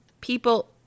people